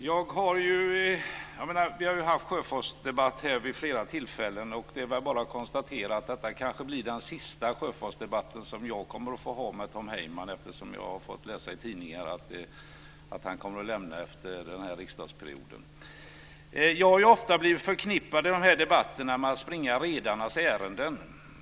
Fru talman! Vi har fört sjöfartsdebatten här vid flera tillfällen. Det är väl bara att konstatera att detta kanske blir den sista som jag kommer att få föra med Tom Heyman, eftersom jag har fått läsa i tidningarna att han kommer att lämna riksdagen efter den här mandatperioden. Jag har i de här debatterna ofta blivit förknippad med att springa redarnas ärenden.